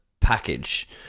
package